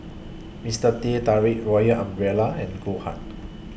Mister Teh Tarik Royal Umbrella and Goldheart